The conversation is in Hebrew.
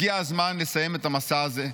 הגיע הזמן לסיים את המסע הזה,